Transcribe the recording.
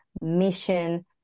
mission